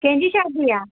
कंहिंजी शादी आहे